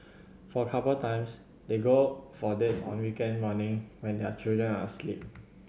for couple times they go for dates on weekend morning when their children are asleep